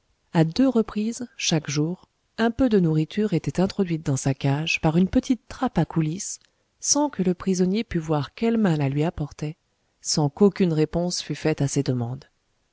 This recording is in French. a deux reprises chaque jour un peu de nourriture était introduite dans sa cage par une petite trappe à coulisse sans que le prisonnier pût voir quelle main la lui apportait sans qu'aucune réponse fût faite à ses demandes